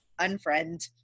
unfriend